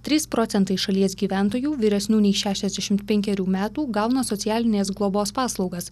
trys procentai šalies gyventojų vyresnių nei šešiasdešimt penkerių metų gauna socialinės globos paslaugas